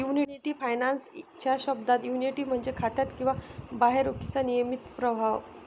annuity finance च्या शब्दात, annuity म्हणजे खात्यात किंवा बाहेर रोखीचा नियमित प्रवाह